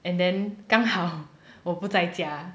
and then 刚好我不在家